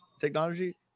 technology